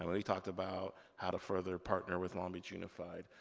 um we talked about how to further partner with long beach unified.